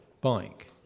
bike